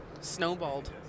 snowballed